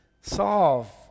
solve